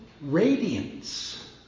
radiance